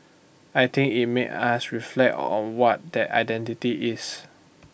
I think IT made us reflect on what that identity is